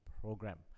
program